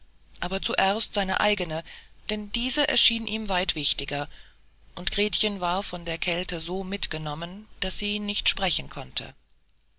aber zuerst seine eigene denn diese erschien ihm weit wichtiger und gretchen war von der kälte so mitgenommen daß sie nicht sprechen konnte